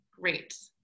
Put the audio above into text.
great